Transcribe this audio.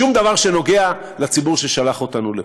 שום דבר שנוגע בציבור ששלח אותנו לפה.